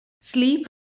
Sleep